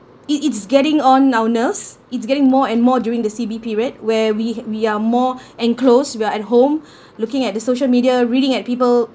it is getting on it's getting more and more during the C_B period where we we are more enclose we are at home looking at the social media reading at people